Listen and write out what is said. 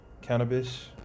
cannabis